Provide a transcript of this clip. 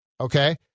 okay